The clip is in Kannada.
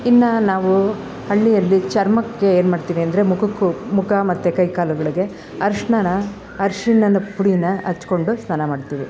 ಇನ್ನು ನಾವು ಹಳ್ಳಿಯಲ್ಲಿ ಚರ್ಮಕ್ಕೆ ಏನುಮಾಡ್ತಿವಿ ಅಂದರೆ ಮುಖಕ್ಕೂ ಮುಖ ಮತ್ತು ಕೈ ಕಾಲುಗಳಿಗೆ ಅರಿಶ್ನಾನ ಅರ್ಶಿಣದ ಪುಡಿನ ಹಚ್ಕೊಂಡು ಸ್ನಾನ ಮಾಡ್ತಿವಿ